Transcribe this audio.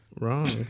wrong